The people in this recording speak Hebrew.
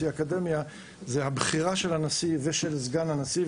האקדמיה זה שהבחירה של הנשיא ושל סגן הנשיא,